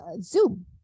zoom